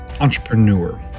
entrepreneur